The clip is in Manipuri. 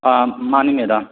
ꯃꯥꯅꯤ ꯃꯦꯗꯥꯝ